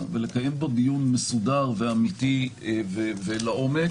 ולקיים בו דיון מסודר ואמיתי ולעומק.